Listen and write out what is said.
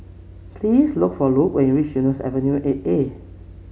please look for Luke when you reach Eunos Avenue Eight A